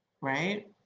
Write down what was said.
right